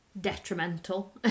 detrimental